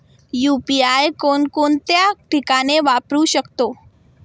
UPI कोणकोणत्या ठिकाणी वापरू शकतो?